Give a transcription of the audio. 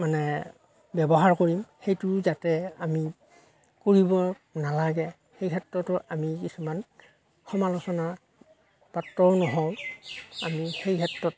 মানে ব্যৱহাৰ কৰিম সেইটোৰো যাতে আমি কৰিব নালাগে সেই ক্ষেত্ৰতো আমি কিছুমান সমালোচনাৰ পাত্ৰও নহওঁ আমি সেই ক্ষেত্ৰত